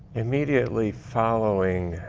immediately following